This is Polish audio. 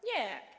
Nie.